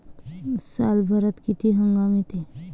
सालभरात किती हंगाम येते?